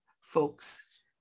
folks